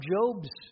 Job's